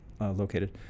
located